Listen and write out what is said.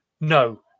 no